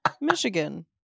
Michigan